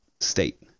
state